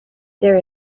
there